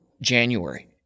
January